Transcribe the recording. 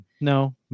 no